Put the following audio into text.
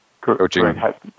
correct